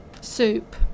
soup